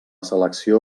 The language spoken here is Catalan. selecció